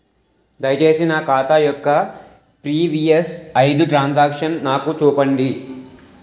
దయచేసి నా ఖాతా యొక్క ప్రీవియస్ ఐదు ట్రాన్ సాంక్షన్ నాకు చూపండి